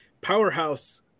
Powerhouse